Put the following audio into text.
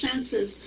senses